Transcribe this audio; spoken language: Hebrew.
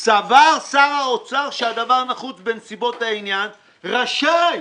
"סבר שר האוצר שהדבר נחוץ בנסיבות העניין, רשאי